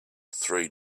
three